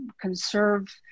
conserve